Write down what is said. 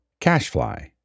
Cashfly